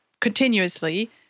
continuously